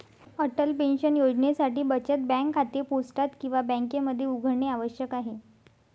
Atal pension योजनेसाठी बचत bank खाते पोस्टात किंवा बँकेमध्ये उघडणे आवश्यक आहे